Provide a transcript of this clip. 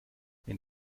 wenn